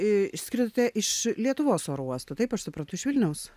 išskridote iš lietuvos oro uostų taip aš suprantu iš vilniaus